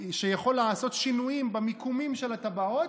שיכול לעשות שינויים במיקומים של הטבעות,